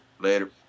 Later